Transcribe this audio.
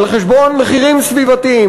על-חשבון מחירים סביבתיים,